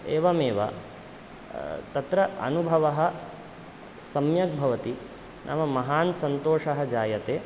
एवमेव तत्र अनुभवः सम्यग्भवति नाम महान् सन्तोषः जायते